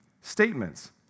statements